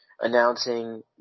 announcing